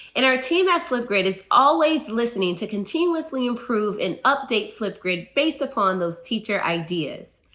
and our team at flipgrid is always listening to continuously improve and update flipgrid based upon those teacher ideas.